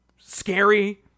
scary